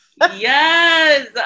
Yes